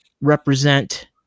represent